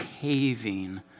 caving